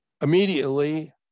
immediately